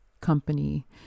company